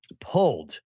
pulled